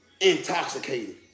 intoxicated